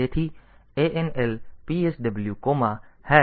તેથી ANL PSW 0xE7